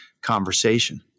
conversation